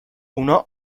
اونا